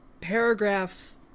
paragraph